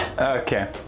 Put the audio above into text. Okay